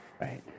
right